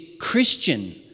Christian